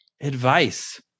advice